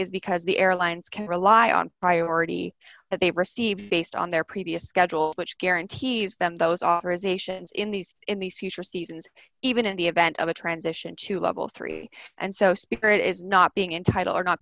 is because the airlines can rely on priority that they've received based on their previous schedule which guarantees them those authorizations in these in these future seasons even in the event of a transition to level three and so spirit is not being entitled or not